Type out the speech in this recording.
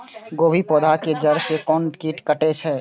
गोभी के पोधा के जड़ से कोन कीट कटे छे?